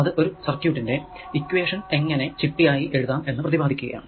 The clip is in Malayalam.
അത് ഒരു സർക്യൂട് ന്റെ ഇക്വേഷൻ എങ്ങനെ ചിട്ടയായി എഴുതാം എന്ന് പ്രതിപാദിക്കുകയാണ്